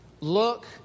Look